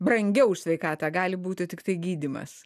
brangiau už sveikatą gali būti tiktai gydymas